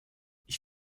ich